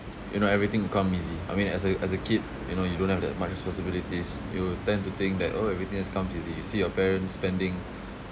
you know everything come easy I mean as a as a kid you know you don't have that much responsibilities you tend to think that orh everything just comes easy you see your parents spending